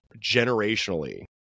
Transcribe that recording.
generationally